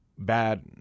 Bad